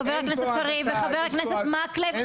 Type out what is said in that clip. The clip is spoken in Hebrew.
חבר הכנסת קריב וחבר הכנסת מקלב,